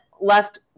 left